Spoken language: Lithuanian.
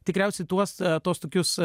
tikriausiai tuos tuos tokius